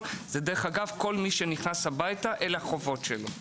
כל מי שנכנס הביתה אלה החובות שלו.